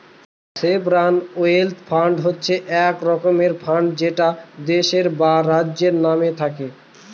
sovereign wealth fund হচ্ছে এক রকমের ফান্ড যেটা দেশের বা রাজ্যের নামে থাকে